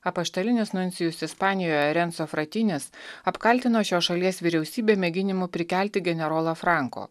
apaštalinis nuncijus ispanijoje renco fratinis apkaltino šios šalies vyriausybę mėginimu prikelti generolo franko